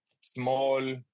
small